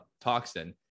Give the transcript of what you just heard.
toxin